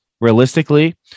realistically